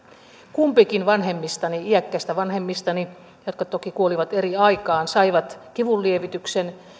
kumpikin vanhemmistani iäkkäistä vanhemmistani jotka toki kuolivat eri aikaan saivat kivunlievityksen